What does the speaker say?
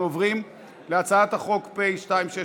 אנחנו עוברים להצעת חוק פ/2665,